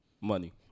money